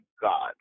God